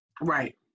Right